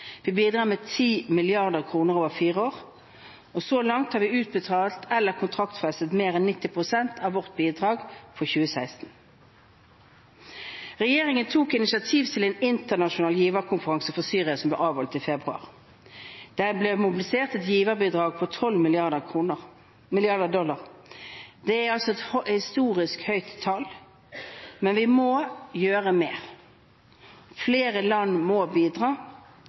Vi bidrar med 10 mrd. kr over fire år. Så langt har vi utbetalt eller kontraktfestet mer enn 90 pst. av vårt bidrag for 2016. Regjeringen tok initiativ til en internasjonal giverkonferanse for Syria som ble avholdt i februar. Der ble det mobilisert et samlet giverbidrag på 12 mrd. dollar. Det er et historisk høyt tall. Men vi må gjøre mer. Flere land må bidra.